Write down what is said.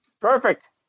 Perfect